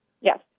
Yes